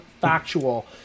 factual